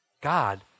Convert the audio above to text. God